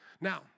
Now